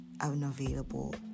unavailable